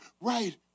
right